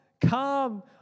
come